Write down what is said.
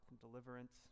deliverance